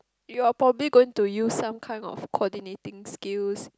you're probably going to use some kind of coordinating skills